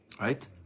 Right